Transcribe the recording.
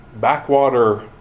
backwater